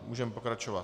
Můžeme pokračovat.